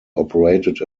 operated